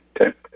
Okay